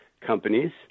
companies